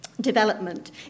development